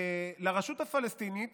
לרשות הפלסטינית